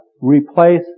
replace